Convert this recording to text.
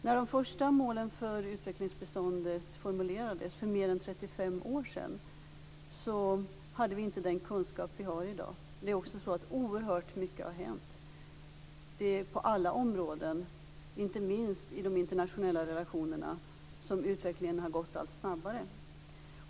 När de första målen för utvecklingsbiståndet formulerades för mer än 35 år sedan hade vi inte den kunskap vi har i dag. Oerhört mycket har hänt på alla områden, inte minst i de internationella relationerna, där utvecklingen har gått allt snabbare.